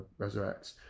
resurrects